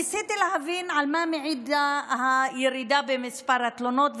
ניסיתי להבין על מה מעידה הירידה במספר התלונות,